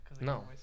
No